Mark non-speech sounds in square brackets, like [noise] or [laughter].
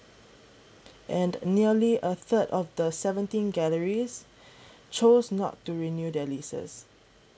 and nearly a third of the seventeen galleries [breath] chose not to renew their leases